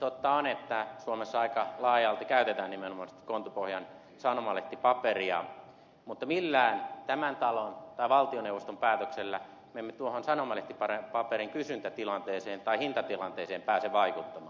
totta on että suomessa aika laajalti käytetään nimenomaisesti kontupohjan sanomalehtipaperia mutta millään tämän talon tai valtioneuvoston päätöksellä me emme tuohon sanomalehtipaperin kysyntätilanteeseen tai hintatilanteeseen pääse vaikuttamaan